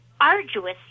arduous